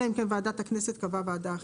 אלא אם כן ועדת הכנסת קבעה ועדה אחרת.